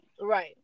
Right